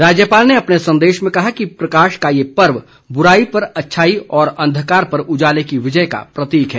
राज्यपाल ने अपने संदेश में कहा कि प्रकाश का ये पर्व ब्राई पर अच्छाई व अंधकार पर उजाले की विजय का प्रतीक है